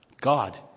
God